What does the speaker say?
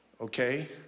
okay